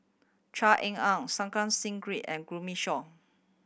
Try Ean Ang Santokh Singh Grewal and Shaw